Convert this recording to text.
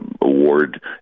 award